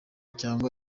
cyangwa